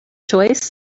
choice